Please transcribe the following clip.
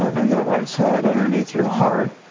and the right side, underneath your heart.